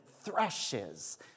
threshes